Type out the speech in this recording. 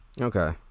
okay